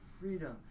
freedom